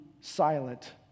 silent